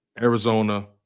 Arizona